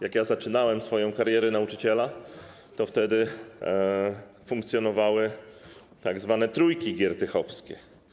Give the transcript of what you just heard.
Jak ja zaczynałem swoją karierę nauczyciela, funkcjonowały tzw. trójki giertychowskie.